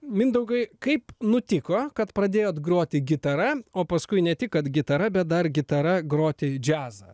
mindaugai kaip nutiko kad pradėjot groti gitara o paskui ne tik kad gitara bet dar gitara groti džiazą